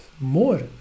more